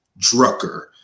Drucker